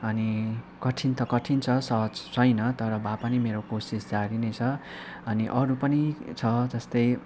अनि कठिन त कठिन छ सहज छैन तर भए पनि मेरो कोसिस जारि नै छ अनि अरू पनि छ जस्तै